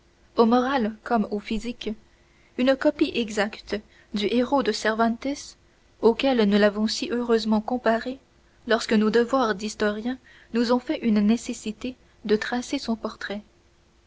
au moral comme au physique une copie exacte du héros de cervantes auquel nous l'avons si heureusement comparé lorsque nos devoirs d'historien nous ont fait une nécessité de tracer son portrait